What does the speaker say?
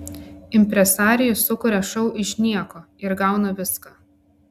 impresarijus sukuria šou iš nieko ir gauna viską